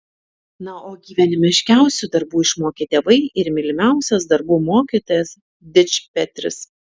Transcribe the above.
na o gyvenimiškiausių darbų išmokė tėvai ir mylimiausias darbų mokytojas dičpetris